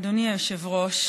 אדוני היושב-ראש.